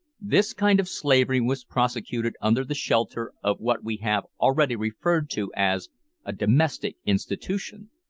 this kind of slavery was prosecuted under the shelter of what we have already referred to as a domestic institution!